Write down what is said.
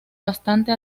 bastante